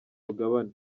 mugabane